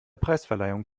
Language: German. preisverleihung